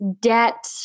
debt